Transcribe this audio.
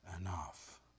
enough